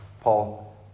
Paul